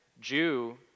Jew